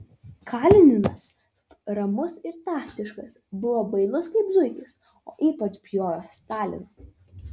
kalininas ramus ir taktiškas buvo bailus kaip zuikis o ypač bijojo stalino